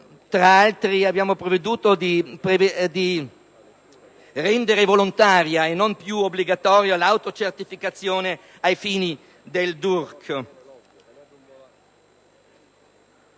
Tra l'altro abbiamo provveduto a rendere volontaria e non più obbligatoria l'autocertificazione ai fini del DURC